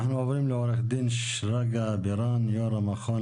אנחנו עוברים לעו"ד שרגא בירן, יו"ר המכון